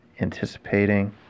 anticipating